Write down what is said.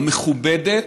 המכובדת,